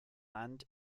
land